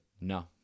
no